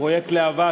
ופרויקט להב"ה,